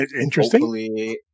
interesting